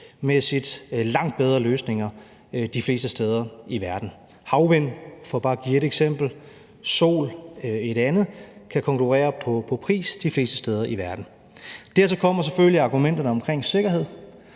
langt bedre løsninger de fleste steder i verden. Havvind, for bare at give ét eksempel, sol er et andet, kan konkurrere på pris de fleste steder i verden. Dertil kommer selvfølgelig argumenterne omkring sikkerhed,